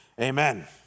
amen